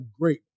great